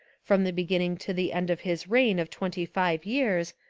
from the beginning to the end of his reign of twenty-five years,